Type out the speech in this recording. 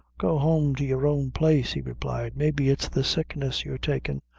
go home to your own place, he replied maybe it's the sickness you're takin.